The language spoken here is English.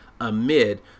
amid